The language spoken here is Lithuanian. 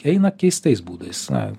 eina keistais būdais na